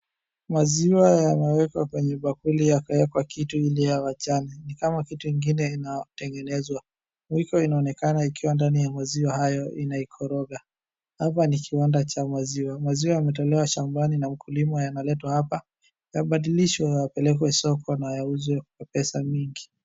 Maziwa yamewekwa kwenye bakuli yakawekwa kitu ili yawachane, ni kama kitu ingine inatengenezwa, mwiko inaonekana ikiwa ndani ya maziwa hayo inaikoroga. Hapa ni kiwanda cha maziwa ,maziwa yametolewa shambani na mkulima yanaletwa hapa yabadilishwe yapelekwe soko na yauzwe kwa pesa nyingi.